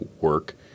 work